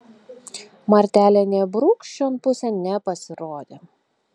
martelė nė brūkšt šion pusėn nepasirodė